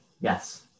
yes